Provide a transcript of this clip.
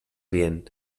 bien